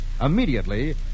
Immediately